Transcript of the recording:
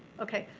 okay.